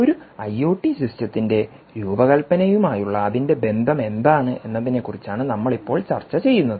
ഒരു ഐഒടി സിസ്റ്റത്തിന്റെ രൂപകൽപ്പനയുമായുള്ള അതിന്റെ ബന്ധം എന്താണ് എന്നതിനെക്കുറിച്ചാണ് നമ്മൾ ഇപ്പോൾ ചർച്ച ചെയ്യുന്നത്